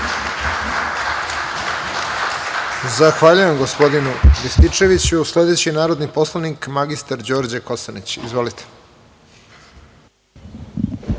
Zahvaljujem gospodinu Rističeviću. Sledeći je narodni poslanik mr Đorđe Kosanić. Izvolite.